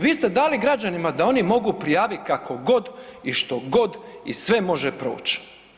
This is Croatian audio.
Vi ste dali građanima da oni mogu prijavit kakogod i štogod i sve može proć.